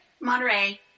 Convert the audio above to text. Monterey